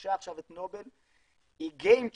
שרכשה עכשיו את נובל היא game changer,